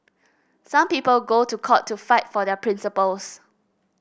some people go to court to fight for their principles